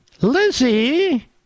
Lizzie